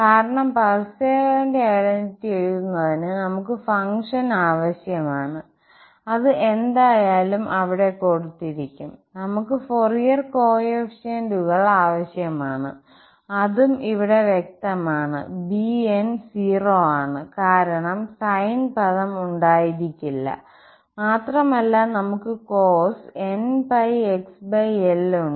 കാരണം പാർസേവലിന്റെ ഐഡന്റിറ്റി എഴുതുന്നതിന് നമുക്ക് ഫംഗ്ഷൻ ആവശ്യമാണ് അത് എന്തായാലും അവിടെ കൊടുത്തിരിക്കും നമുക്ക് ഫൊറിയർ കോഎഫിഷ്യന്റുകൾ ആവശ്യമാണ് അതും ഇവിടെ വ്യക്തമാണ് bn 's 0 ആണ് കാരണം സൈൻ പദം ഉണ്ടായിരിക്കില്ല മാത്രമല്ല നമുക്ക് cos nxLഉണ്ട്